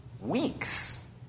weeks